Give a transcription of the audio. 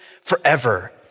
forever